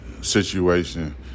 situation